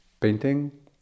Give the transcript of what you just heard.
painting